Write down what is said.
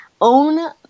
own